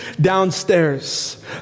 downstairs